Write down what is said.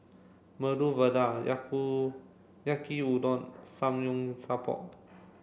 Medu Vada Yaki udon and Samgeyopsal